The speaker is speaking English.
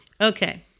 Okay